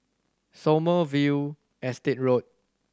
Sommerville Estate Road